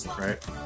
Right